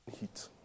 heat